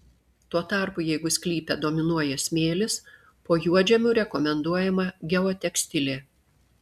tuo tarpu jei sklype dominuoja smėlis po juodžemiu rekomenduojama geotekstilė